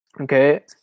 Okay